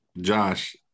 Josh